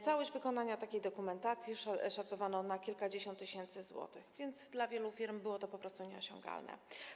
Całość wykonania takiej dokumentacji szacowano na kilkadziesiąt tysięcy złotych, więc dla wielu firm było to po prostu nieosiągalne.